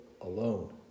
Alone